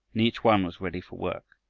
and each one was ready for work.